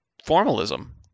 formalism